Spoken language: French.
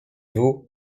vous